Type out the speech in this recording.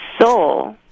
soul